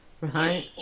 Right